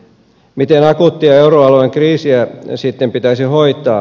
miten akuuttia euroalueen kriisiä sitten pitäisi hoitaa